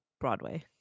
broadway